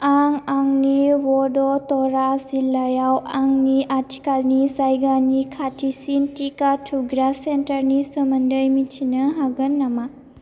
आं आंनि वड'दरा जिल्लायाव आंनि आथिखालनि जायगानि खाथिसिन टिका थुग्रा सेन्टारनि सोमोन्दै मिथिनो हागोन नामा